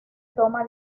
toma